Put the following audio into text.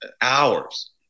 hours